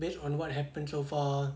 based on what happened so far